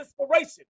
inspiration